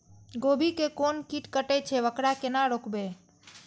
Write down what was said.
गोभी के कोन कीट कटे छे वकरा केना रोकबे?